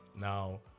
now